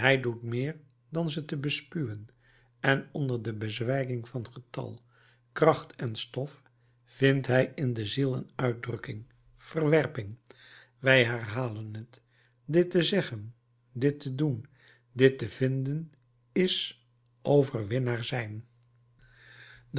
doet meer dan ze te bespuwen en onder de bezwijking van getal kracht en stof vindt hij in de ziel een uitdrukking verwerping wij herhalen t dit te zeggen dit te doen dit te vinden is overwinnaar zijn